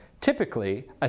Typically